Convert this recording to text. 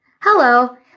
hello